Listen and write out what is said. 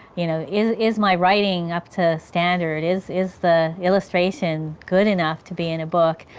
you know, is, is my writing up to standard, is, is the illustration good enough to be in a book?